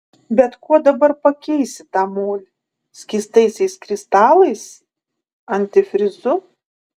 bet kuo dabar pakeisi tą molį skystaisiais kristalais antifrizu